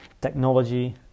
technology